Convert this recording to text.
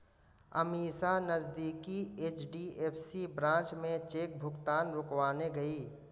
अमीषा नजदीकी HDFC branch में cheque भुगतान रुकवाने गई